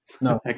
No